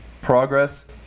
Progress